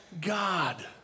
God